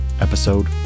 Episode